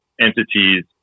entities